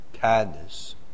kindness